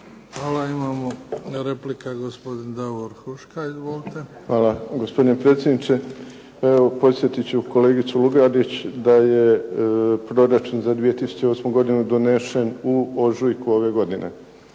Hvala. Ima replika gospodin Davor Huška. Izvolite. **Huška, Davor (HDZ)** Hvala gospodine predsjedniče. Evo, podsjetit ću kolegicu Lugarić da je Proračun za 2008. godinu donesen u ožujku ove godine.